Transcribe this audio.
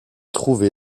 trouvé